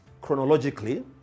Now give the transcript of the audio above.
chronologically